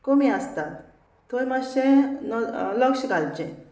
कमी आसता थंय मातशें लक्ष घालचें